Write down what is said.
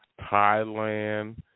Thailand